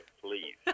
Please